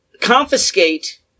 confiscate